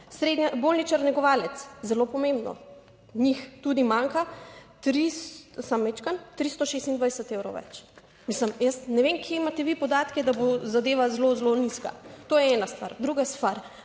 bolničar negovalec, zelo pomembno, njih tudi manjka 300, samo majčkeno, 326 evrov več. Mislim, jaz ne vem, kje imate vi podatke, da bo zadeva zelo, zelo nizka. To je ena stvar. Druga stvar,